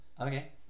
Okay